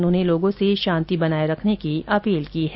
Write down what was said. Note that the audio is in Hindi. उन्होंने लोगों से शांति बनाए रखने की अर्पाल की है